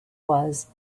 was